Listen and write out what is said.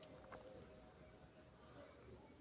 गाछी सॅ पात, फल, लकड़ी इत्यादि प्राप्त होइत अछि